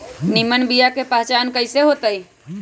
निमन बीया के पहचान कईसे होतई?